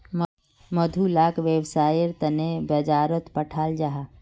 मधु लाक वैव्सायेर तने बाजारोत पठाल जाहा